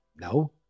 no